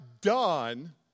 done